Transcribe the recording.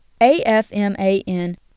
AFMAN